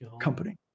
company